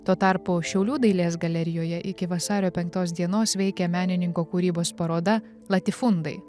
tuo tarpu šiaulių dailės galerijoje iki vasario penktos dienos veikia menininko kūrybos paroda latifundai